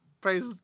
praise